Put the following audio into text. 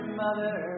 mother